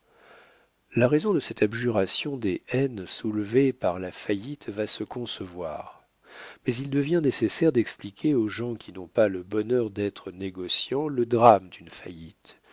la raison de cette abjuration des haines soulevées par la faillite va se concevoir mais il devient nécessaire d'expliquer aux gens qui n'ont pas le bonheur d'être négociants le drame d'une faillite